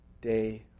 day